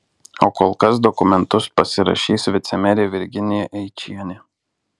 o kol kas dokumentus pasirašys vicemerė virginija eičienė